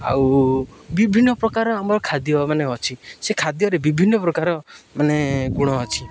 ଆଉ ବିଭିନ୍ନ ପ୍ରକାର ଆମର ଖାଦ୍ୟ ମାନେ ଅଛି ସେ ଖାଦ୍ୟରେ ବିଭିନ୍ନ ପ୍ରକାର ମାନେ ଗୁଣ ଅଛି